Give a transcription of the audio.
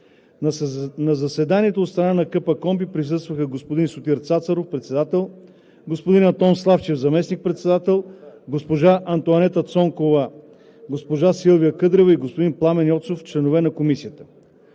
На заседанието от страна на КПКОНПИ присъстваха: господин Сотир Цацаров – председател, господин Антон Славчев – заместник-председател, госпожа Антоанета Цонкова, госпожа Силвия Къдрева и господин Пламен Йоцов – членове на Комисията.